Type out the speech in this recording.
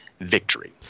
victory